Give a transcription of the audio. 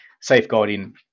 safeguarding